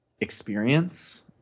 experience